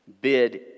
bid